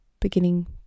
beginning